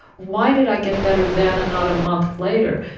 why did i get better then and not a month later?